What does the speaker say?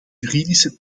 juridische